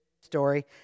story